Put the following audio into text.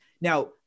Now